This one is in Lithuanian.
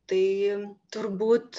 tai turbūt